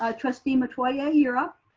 ah trustee metoyer you're up.